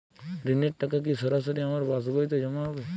ঋণের টাকা কি সরাসরি আমার পাসবইতে জমা হবে?